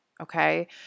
Okay